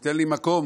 תן לי מקום.